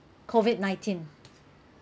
COVID nineteen